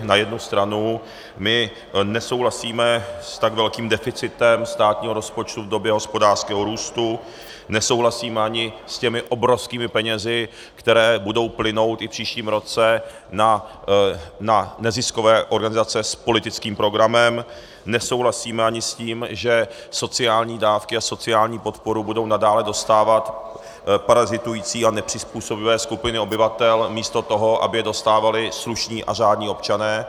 Na jednu stranu my nesouhlasíme s tak velkým deficitem státního rozpočtu v době hospodářského růstu, nesouhlasíme ani s těmi obrovskými penězi, které budou plynout i v příštím roce na neziskové organizace s politickým programem, nesouhlasíme ani s tím, že sociální dávky a sociální podporu budou nadále dostávat parazitující a nepřizpůsobivé skupiny obyvatel místo toho, aby je dostávali slušní a řádní občané.